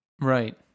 Right